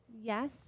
Yes